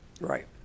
Right